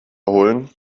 holen